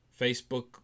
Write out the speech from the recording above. Facebook